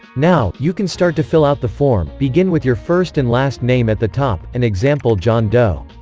now, you can start to fill out the form begin with your first and last name at the top, an example john doe